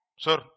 Sir